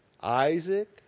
Isaac